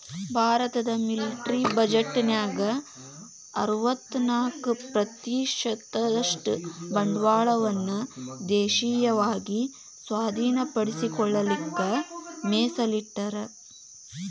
ಭಾರತದ ಮಿಲಿಟರಿ ಬಜೆಟ್ನ್ಯಾಗ ಅರವತ್ತ್ನಾಕ ಪ್ರತಿಶತದಷ್ಟ ಬಂಡವಾಳವನ್ನ ದೇಶೇಯವಾಗಿ ಸ್ವಾಧೇನಪಡಿಸಿಕೊಳ್ಳಕ ಮೇಸಲಿಟ್ಟರ